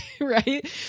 right